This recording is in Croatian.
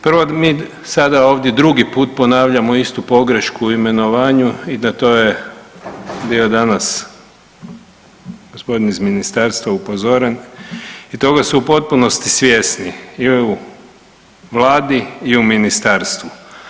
Prvo mi sada ovdje drugi put ponavljamo istu pogrešku u imenovanju i da je na to bio danas gospodin iz ministarstva upozoren i toga su u potpunosti svjesni i u vladi i u ministarstvu.